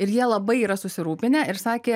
ir jie labai yra susirūpinę ir sakė